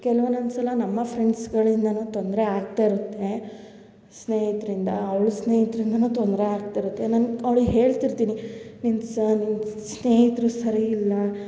ಕೆಲ್ವು ಒನ್ನೊಂದು ಸಲ ನಮ್ಮ ಫ್ರೆಂಡ್ಸ್ಗಳಿಂದ ತೊಂದರೆ ಆಗ್ತಾ ಇರುತ್ತೆ ಸ್ನೇಹಿತಿರಿಂದ ಅವ್ಳ ಸ್ನೇಹಿತ್ರು ಇಂದ ತೊಂದರೆ ಆಗ್ತಿರುತ್ತೆ ನನ್ಗೆ ಅವ್ಳಿಗೆ ಹೇಳ್ತಿರ್ತೀನಿ ನಿನ್ನ ಸಾ ನಿನ್ನ ಸ್ನೇಹಿತರು ಸರಿಯಿಲ್ಲ